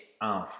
un